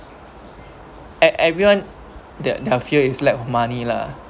ev~ everyone their their fear is lack of money lah